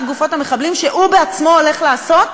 גופות המחבלים שהוא עצמו הולך לעשות?